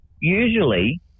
usually